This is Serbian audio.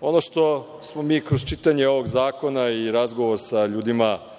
Ono što smo mi kroz čitanje ovog zakona i razgovora sa ljudima